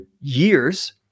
years